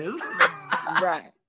Right